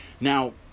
Now